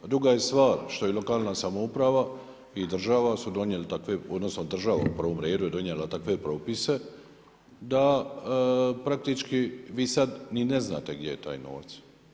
A druga je stvar što je lokalna samouprava i država su donijeli takve, odnosno država u prvom redu je donijela takve propise da praktički vi sad ni ne znate gdje je taj novac.